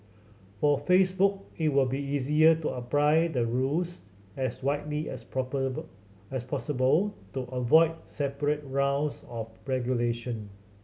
for Facebook it will be easier to apply the rules as widely as as possible to avoid separate rounds of regulation